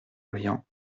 brillants